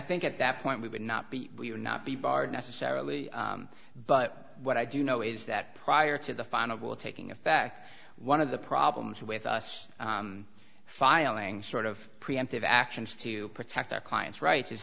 think at that point we would not be we would not be barred necessarily but what i do know is that prior to the final bill taking effect one of the problems with us filing sort of preemptive actions to protect our client's rights is